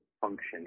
function